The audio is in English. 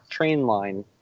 Trainline